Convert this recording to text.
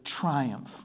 triumph